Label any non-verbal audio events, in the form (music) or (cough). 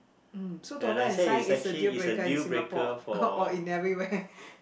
hmm so dollar and sign is a deal breaker in Singapore (laughs) or in everywhere